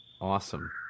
Awesome